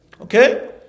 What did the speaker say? Okay